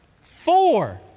Four